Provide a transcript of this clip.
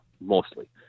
Mostly